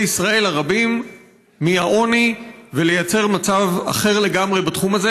ישראל הרבים מעוני ולייצר מצב אחר לגמרי בתחום הזה.